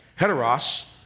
Heteros